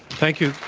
thank you,